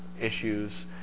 issues